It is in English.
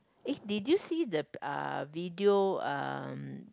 eh did you see the uh video uh